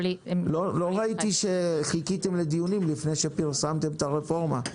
לא ראיתי שחיכיתם לדיונים לפני שפרסמתם את הרפורמה,